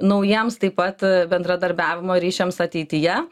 naujiems taip pat bendradarbiavimo ryšiams ateityje